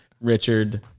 Richard